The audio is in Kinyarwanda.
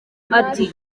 ati